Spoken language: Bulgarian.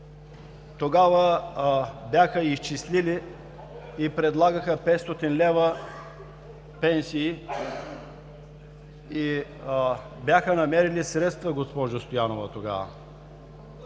тогава бяха изчислили и предлагаха 500 лв. пенсии и бяха намерили средства, госпожо Стоянова, тогава.